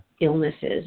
illnesses